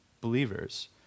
believers